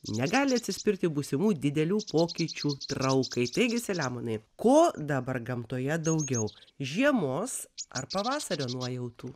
negali atsispirti būsimų didelių pokyčių traukai taigi selemonai ko dabar gamtoje daugiau žiemos ar pavasario nuojautų